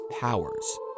powers